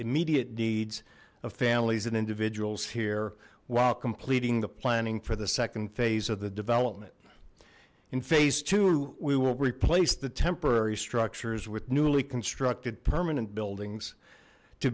immediate needs of families and individuals here while completing the planning for the second phase of the development in phase two we will replace the temporary structures with newly constructed permanent buildings to